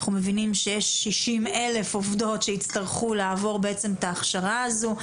אנחנו מבינים שיש 60,000 עובדות שיצטרכו לעבור בעצם את ההכשרה הזו.